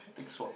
take sword